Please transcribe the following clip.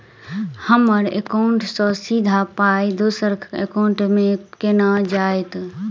हम्मर एकाउन्ट सँ सीधा पाई दोसर एकाउंट मे केना जेतय?